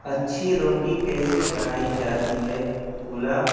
اچھی روٹی کیسے بنائی جاتی ہے اولا